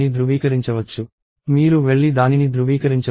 మీరు వెళ్లి దానిని ధృవీకరించవచ్చు